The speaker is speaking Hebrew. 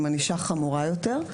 עם ענישה חמורה יותר,